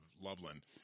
Loveland